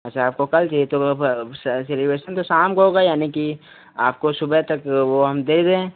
अच्छा आपको कल चाहिए तो सेलिब्रेशन तो शाम को होगा यानी कि आपको सुबह तक वह हम दे दें